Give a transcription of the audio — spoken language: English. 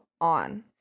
on